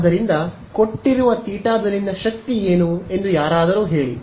ಆದ್ದರಿಂದ ಕೊಟ್ಟಿರುವ ಥೀಟಾದಲ್ಲಿನ ಶಕ್ತಿ ಏನು ಎಂದು ಯಾರಾದರೂ ಹೇಳಿ